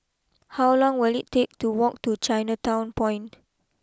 how long will it take to walk to Chinatown Point